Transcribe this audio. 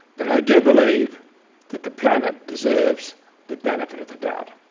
but i do believe that the planet deserves the benefit of the doubt.